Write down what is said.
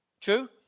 True